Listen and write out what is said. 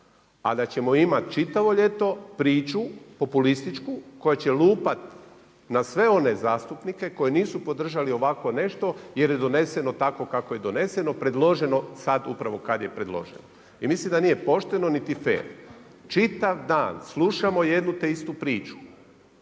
A da ćemo imati čitavo ljeto, priču, populističku, koja će lupati na sve one zastupnike, koji nisu podržali ovako nešto jer je doneseno tako kako je doneseno, predloženo, sad upravo kad je preloženo. I mislim da nije pošteno niti fer, čitav dan slušamo jednu te istu priču,